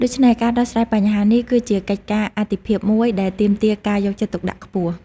ដូច្នេះ ការដោះស្រាយបញ្ហានេះ គឺជាកិច្ចការអាទិភាពមួយដែលទាមទារការយកចិត្តទុកដាក់ខ្ពស់។